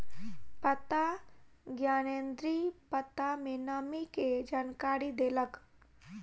पत्ता ज्ञानेंद्री पत्ता में नमी के जानकारी देलक